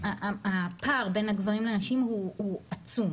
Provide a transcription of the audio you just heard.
הפער בין הגברים לנשים הוא עצום